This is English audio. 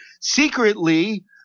secretly